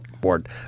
board